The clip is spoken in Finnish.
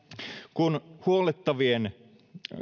kun huollettavien